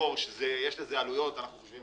יסבור שיש לזה עלויות אנחנו חושבים